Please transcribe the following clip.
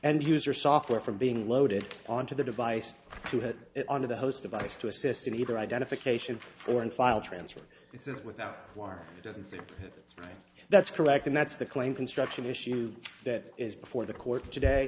end user software from being loaded onto the device to have it on to the host device to assist in either identification or in file transfer it is without doesn't seem that's correct and that's the claim construction issue that is before the court today